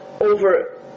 over